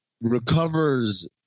Recovers